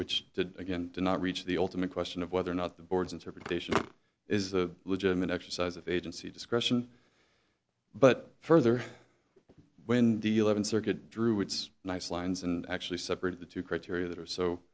which did again did not reach the ultimate question of whether or not the board's interpretation is a legitimate exercise of agency discretion but further when do you live in circuit druid's nice lines and actually separate the two criteria that are so